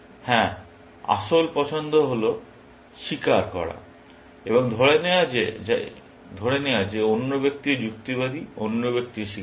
হ্যাঁ আসল পছন্দ হল স্বীকার করা এবং ধরে নেওয়া যে অন্য ব্যক্তিও যুক্তিবাদী অন্য ব্যক্তিও স্বীকার করে